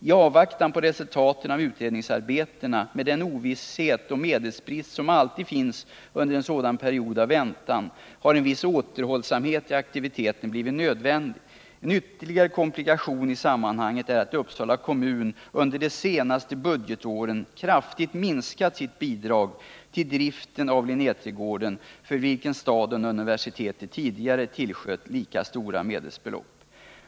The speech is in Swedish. I avvaktan på resultaten av utredningsarbetena, med den ovisshet och medelsbrist som alltid finns under en sådan period av väntan, har en viss återhållsamhet i aktiviteten blivit nödvändig. En ytterligare komplikation i sammanhanget är att Uppsala kommun under de senaste budgetåren kraftigt minskat sitt bidrag till driften av Linnéträdgården, för vilken staden och universitetet tidigare tillsköt lika stora medelsbelopp.